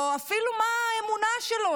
או אפילו מה האמונה שלו,